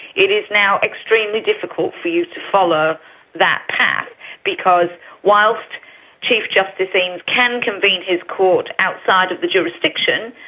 it is now extremely difficult for you to follow that path because whilst chief justice eames can convene his court outside the jurisdiction,